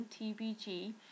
TBG